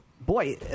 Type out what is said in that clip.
boy